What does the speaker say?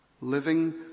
Living